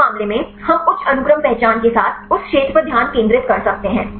इस मामले में हम उच्च अनुक्रम पहचान के साथ उस क्षेत्र पर ध्यान केंद्रित कर सकते हैं